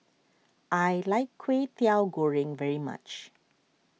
I like Kwetiau Goreng very much